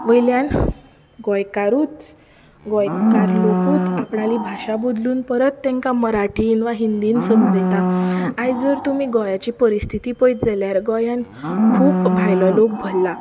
वयल्यान गोंयकारूच गोंयकार लोकूच आपणाली भाशा बदलून परत तेंकां मराठींत वा हिंदींत समजयता आयज जर तुमी गोंयाची परिस्थिती पयत जाल्यार गोंयांत खूब भायलो लोक भल्ला